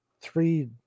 three